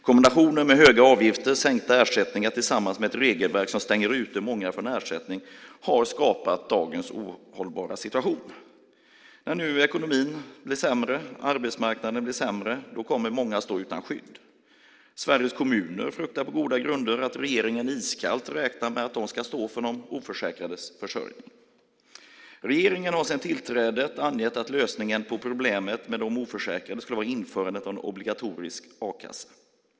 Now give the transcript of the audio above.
Kombinationen med höga avgifter och sänkta ersättningar tillsammans med ett regelverk som stänger ute många från ersättning har skapat dagens ohållbara situation. När nu ekonomin och arbetsmarknaden blir sämre kommer många att stå utan skydd. Sveriges kommuner fruktar på goda grunder att regeringen iskallt räknar med att de ska stå för de oförsäkrades försörjning. Regeringen har sedan tillträdet angett att lösningen på problemet med de oförsäkrade ska vara införandet av en obligatorisk a-kassa.